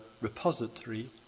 repository